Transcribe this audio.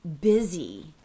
busy